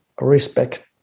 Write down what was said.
respect